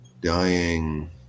dying